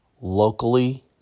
locally